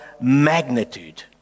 magnitude